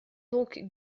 donc